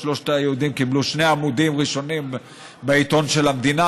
שלושת היהודים קיבלו שני עמודים ראשונים בעיתון של המדינה,